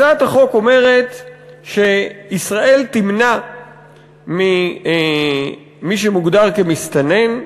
הצעת החוק אומרת שישראל תמנע ממי שמוגדר מסתנן,